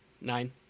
Nine